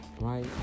right